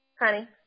honey